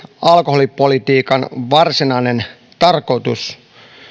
alkoholipolitiikan varsinainen tarkoitus